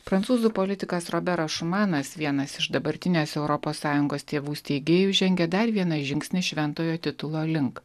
prancūzų politikas roberas šumanas vienas iš dabartinės europos sąjungos tėvų steigėjų žengė dar vieną žingsnį šventojo titulo link